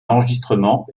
enregistrement